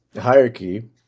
hierarchy